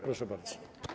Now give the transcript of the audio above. Proszę bardzo.